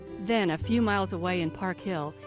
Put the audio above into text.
then, a few miles away in park hill,